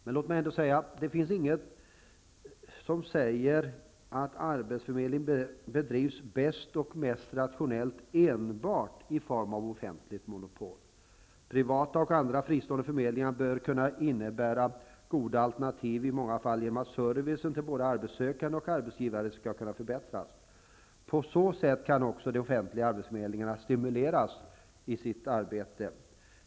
Det finns inget som säger att arbetsförmedling bedrivs bäst och mest rationellt enbart genom offentligt monopol. Privata och andra fristående förmedlingar bör kunna innebära goda alternativ i många fall, genom att servicen till både arbetssökande och arbetsgivare borde kunna förbättras. På så sätt kan också de offentliga arbetsförmedlingarna stimuleras i sitt arbete.